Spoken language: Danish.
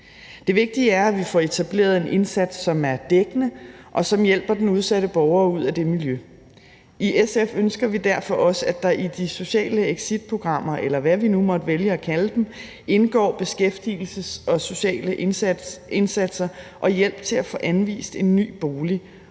Det vigtige er, at vi får etableret en indsats, som er dækkende, og som hjælper den udsatte borger ud af det miljø. I SF ønsker vi derfor også, at der i de sociale exitprogrammer, eller hvad vi nu måtte vælge at kalde dem, indgår beskæftigelses- og sociale indsatser og hjælp til at få anvist en ny bolig,